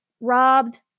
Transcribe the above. robbed